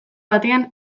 batean